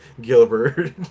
gilbert